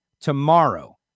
tomorrow